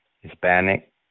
Hispanic